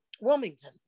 Wilmington